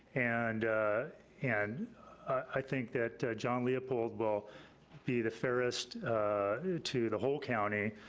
and and i think that john leopold will be the fairest to the whole county,